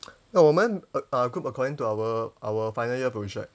err 我们 err uh group according to our our final year project